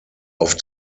auf